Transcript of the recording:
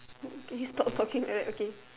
can you stop talking like that okay